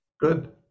Good